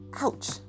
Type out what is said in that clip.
Ouch